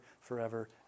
forever